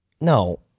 No